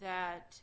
that